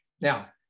Now